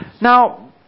Now